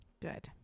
Good